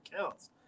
counts